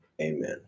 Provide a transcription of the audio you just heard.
Amen